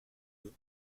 veut